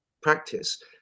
practice